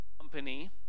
Company